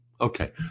Okay